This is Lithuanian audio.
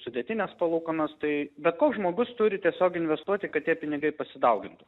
sudėtinės palūkanos tai bet koks žmogus turi tiesiog investuoti kad tie pinigai pasidaugintų